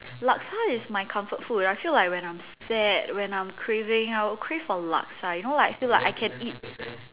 laksa is my comfort food I feel that when I'm sad when I'm craving I will crave for laksa you know like I feel like I can eat